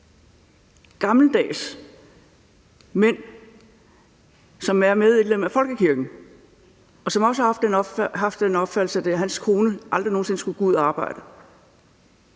gammeldags mænd, som er medlem af folkekirken, og som også har haft den opfattelse, at deres koner aldrig nogen sinde skulle gå ud og arbejde.